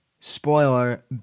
spoiler